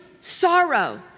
sorrow